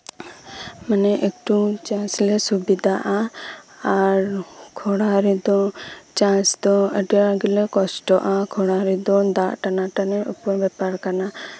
ᱢᱟᱱᱮ ᱮᱠᱴᱩ ᱪᱟᱥᱞᱮ ᱥᱩᱵᱤᱫᱷᱟᱜᱼᱟ ᱟᱨ ᱠᱷᱚᱨᱟ ᱨᱮᱫᱚ ᱪᱟᱥ ᱫᱚ ᱟᱹᱰᱤ ᱟᱸᱴ ᱜᱮᱞᱮ ᱠᱚᱥᱴᱚᱜᱼᱟ ᱠᱷᱚᱨᱟ ᱨᱮᱫᱚ ᱫᱟᱜ ᱴᱟᱱᱟ ᱴᱟᱱᱤ ᱩᱯᱚᱨ ᱵᱮᱯᱟᱨ ᱠᱟᱱᱟ